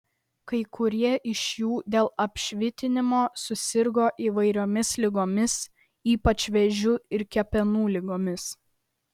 kai kurie iš jų dėl apšvitinimo susirgo įvairiomis ligomis ypač vėžiu ir kepenų ligomis